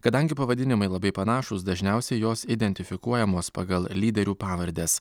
kadangi pavadinimai labai panašūs dažniausiai jos identifikuojamos pagal lyderių pavardes